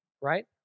right